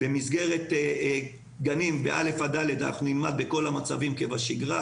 במסגרת גנים ו-א' עד ד' נלמד בכל המצבים כבשגרה,